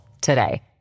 today